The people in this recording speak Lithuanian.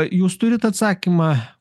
jūs turit atsakymą